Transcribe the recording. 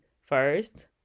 First